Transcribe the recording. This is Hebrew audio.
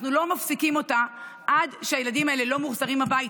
אנחנו לא מפסיקים אותה עד שהילדים האלה לא מוחזרים הביתה,